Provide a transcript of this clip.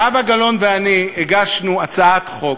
זהבה גלאון ואני הגשנו הצעת חוק,